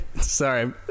Sorry